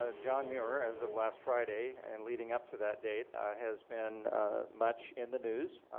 ah john muir as of last friday, and leading up to that day has been much in the news.